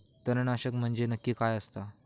तणनाशक म्हंजे नक्की काय असता?